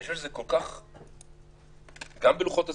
גם בלוחות הזמנים,